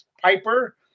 Piper